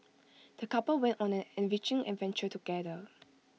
the couple went on an enriching adventure together